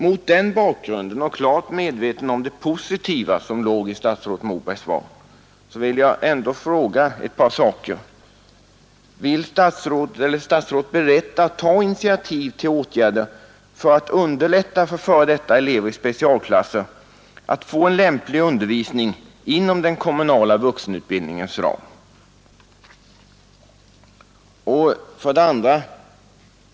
Mot denna bakgrund och i klart medvetande om det positiva som låg i statsrådet Mobergs svar vill jag ställa två frågor till statsrådet Moberg. 1. Är statsrådet beredd ta initiativ till åtgärder för att underlätta för f.d. elever i specialklasser att få lämplig undervisning inom den kommunala vuxenutbildningens ram? 2.